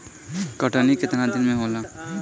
कटनी केतना दिन में होला?